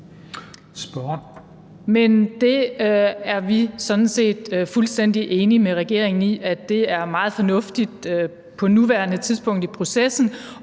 set fuldstændig enige med regeringen i er meget fornuftigt på nuværende tidspunkt i processen,